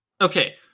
okay